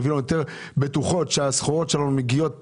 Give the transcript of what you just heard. יביא לנו יותר בטוחות שהסחורות שלנו מגיעות לכאן,